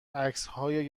عکسای